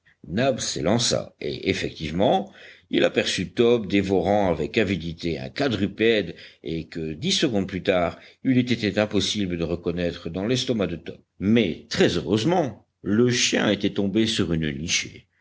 nab s'élança et effectivement il aperçut top dévorant avec avidité un quadrupède et que dix secondes plus tard il eût été impossible de reconnaître dans l'estomac de top mais très heureusement le chien était tombé sur une nichée